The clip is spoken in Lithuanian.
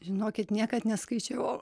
žinokit niekad neskaičiavau